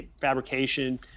fabrication